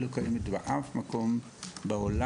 לא קיימת באף מקום בעולם,